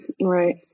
right